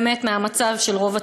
באמת מהמצב של רוב הציבור.